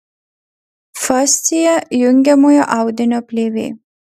fascija jungiamojo audinio plėvė